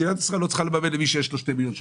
מדינת ישראל לא צריכה לממן למי שיש לו 2 מיליון שקל.